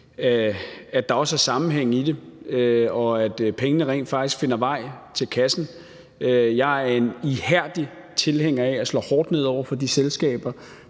at der er sammenhæng i det, og at pengene rent faktisk finder vej til kassen. Jeg er en ihærdig tilhænger af at slå hårdt ned over for de selskaber,